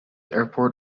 airport